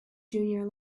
junior